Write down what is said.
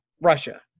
Russia